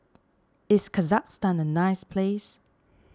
is Kazakhstan a nice place